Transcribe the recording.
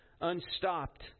unstopped